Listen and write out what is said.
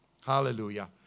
Hallelujah